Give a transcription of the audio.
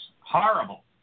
horrible